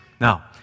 Now